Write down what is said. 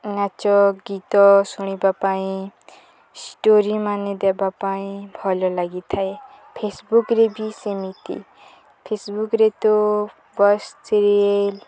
ନାଚ ଗୀତ ଶୁଣିବା ପାଇଁ ଷ୍ଟୋରି ମାନ ଦେବା ପାଇଁ ଭଲ ଲାଗିଥାଏ ଫେସବୁକ୍ରେ ବି ସେମିତି ଫେସବୁକ୍ରେ ତ ବାସ୍ ସିରିଏଲ୍